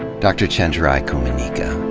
dr. chenjerai kumanyika.